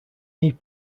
need